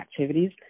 activities